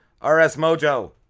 RSMOJO